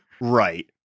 Right